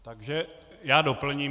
Takže já doplním.